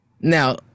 now